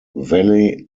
valley